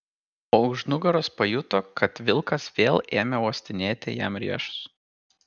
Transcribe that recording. o už nugaros pajuto kad vilkas vėl ėmė uostinėti jam riešus